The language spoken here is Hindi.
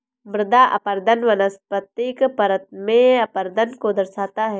मृदा अपरदन वनस्पतिक परत में अपरदन को दर्शाता है